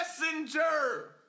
messenger